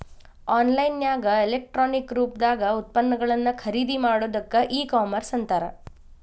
on line ನ್ಯಾಗ electronic ರೂಪ್ದಾಗ್ ಉತ್ಪನ್ನಗಳನ್ನ ಖರಿದಿಮಾಡೊದಕ್ಕ ಇ ಕಾಮರ್ಸ್ ಅಂತಾರ